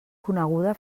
coneguda